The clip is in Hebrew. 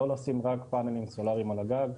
לא לשים רק פאנלים סולאריים על הגג.